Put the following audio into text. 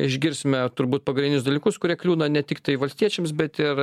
išgirsime turbūt pagrindinius dalykus kurie kliūna ne tiktai valstiečiams bet ir